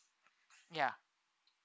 ya